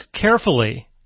carefully